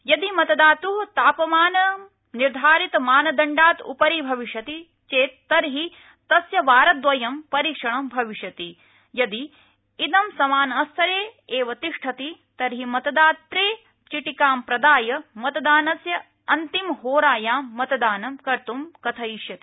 यदि मतदातुः तापमानं निर्धारित मानदण्डात् उपरि भविष्यति चेत् तर्हि तस्य वारद्वयं परीक्षणं भविष्यति यदि इदं समानस्तरे एव तिष्ठति तर्हि मतदात्रे चिटिकां प्रदाय मतदानस्य अन्तिमहोरायां मतदानं कर्तुं कथयिष्यते